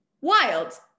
Wild